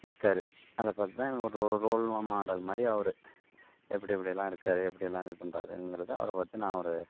இருக்கார் அதை பார்த்து தான் எனக்கு ஒரு ஒரு ரோல் மாடல் மாதிரி அவரு எப்படி எப்படிலாம் இருக்கார் எப்படிலாம் இது பண்றாருங்கிறத அவரை பார்த்து நான் ஒரு